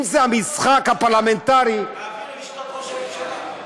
אם זה המשחק הפרלמנטרי, להעביר למשרד ראש הממשלה.